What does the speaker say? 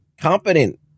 competent